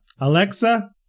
alexa